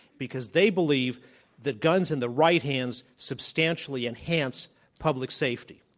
because they believe that guns in the right hands substantially enhance public safety.